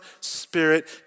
Spirit